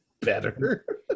better